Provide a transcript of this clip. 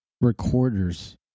Recorders